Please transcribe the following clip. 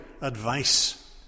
advice